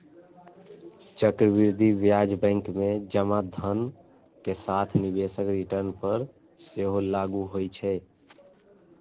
चक्रवृद्धि ब्याज बैंक मे जमा धन के साथ निवेशक रिटर्न पर सेहो लागू होइ छै